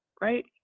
right